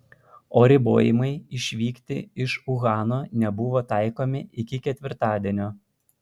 o ribojimai išvykti iš uhano nebuvo taikomi iki ketvirtadienio